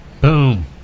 Boom